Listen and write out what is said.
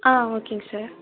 ஆ ஓகேங்க சார்